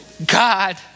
God